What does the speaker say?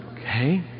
okay